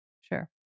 Sure